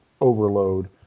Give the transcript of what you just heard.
overload